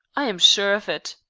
i am sure of it.